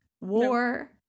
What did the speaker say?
war